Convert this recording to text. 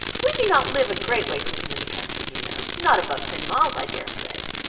we do not live a great way from him in the country, you know. not above ten miles, i dare say.